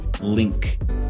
link